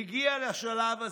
הגיעה לשלב הזה.